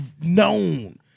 known